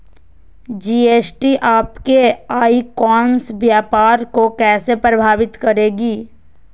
GST आपके e commerce व्यापार को कैसे प्रभावित करेगी?